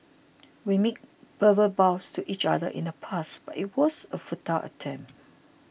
we made verbal vows to each other in the past but it was a futile attempt